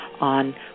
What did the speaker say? on